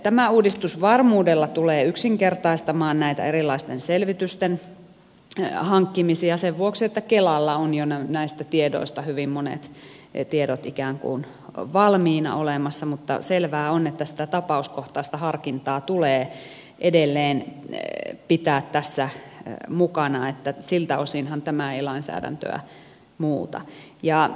tämä uudistus varmuudella tulee yksinkertaistamaan näitä erilaisten selvitysten hankkimisia sen vuoksi että kelalla on jo näistä tiedoista hyvin monet tiedot ikään kuin valmiina olemassa mutta selvää on että sitä tapauskohtaista harkintaa tulee edelleen pitää tässä mukana että siltä osinhan tämä ei lainsäädäntöä muuta